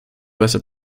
besser